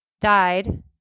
died